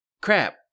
crap